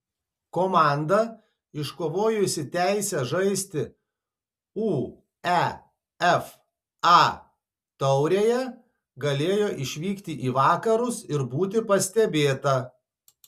komanda iškovojusi teisę žaisti uefa taurėje galėjo išvykti į vakarus ir būti pastebėta